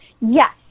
Yes